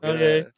Okay